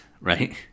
right